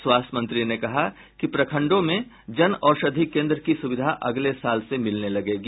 स्वास्थ्य मंत्री ने कहा कि प्रखंडों में जन औषधि केन्द्र की सूविधा अगले साल से मिलने लगेगी